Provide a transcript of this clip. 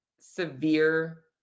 severe